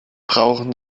brauchen